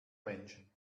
menschen